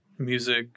music